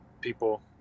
people